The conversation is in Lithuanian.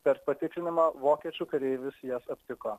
per patikrinimą vokiečių kareivius jas aptiko